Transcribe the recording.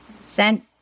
sent